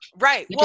Right